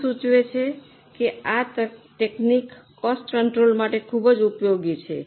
નામ સૂચવે છે કે આ તકનીક કોસ્ટ કંટ્રોલ માટે ખૂબ ઉપયોગી છે